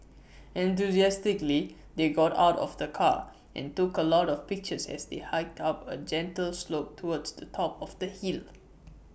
enthusiastically they got out of the car and took A lot of pictures as they hiked up A gentle slope towards the top of the hill